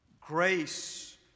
Grace